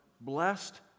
blessed